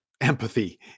empathy